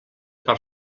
per